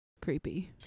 creepy